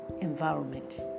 environment